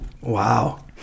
Wow